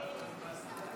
ההסתייגות